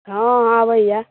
हॅं आबैया